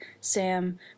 sam